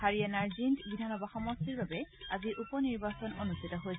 হাৰিয়ানাৰ জিন্দ বিধানসভা সমষ্টিৰ বাবে আজি উপ নিৰ্বাচন অনুষ্ঠিত হব